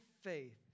faith